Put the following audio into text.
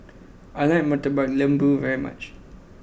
I like Murtabak Lembu very much